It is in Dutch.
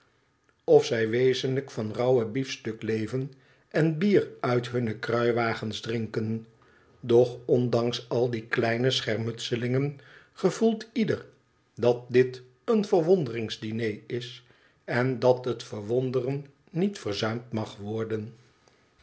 of zij wezenlijk van raüwen biefistuk leven en bier uit hunne kruiwagens drinken doch ondanks al die kleine schermutselingen gevoelt ieder dat dit een verwonderings diner is en dat het verwonderen niet verzuimd mag worden